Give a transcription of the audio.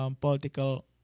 Political